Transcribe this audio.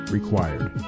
Required